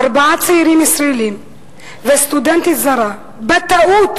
ארבעה צעירים וסטודנטית זרה נכנסו בטעות